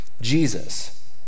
Jesus